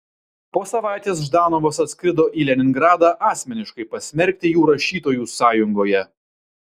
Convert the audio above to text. po savaitės ždanovas atskrido į leningradą asmeniškai pasmerkti jų rašytojų sąjungoje